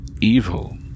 evil